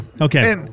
Okay